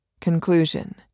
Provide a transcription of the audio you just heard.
Conclusion